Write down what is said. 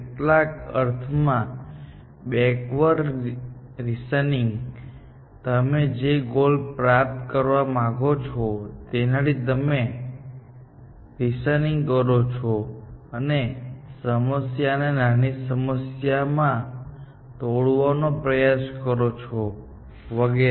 કેટલાક અર્થમાં backward reasoning તમે જે ગોલ પ્રાપ્ત કરવા માંગો છો તેનાથી તમે રીસનીંગ કરો છો અને સમસ્યાને નાની સમસ્યાઓમાં તોડવાનો પ્રયાસ કરો છો વગેરે